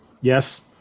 Yes